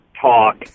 talk